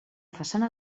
façana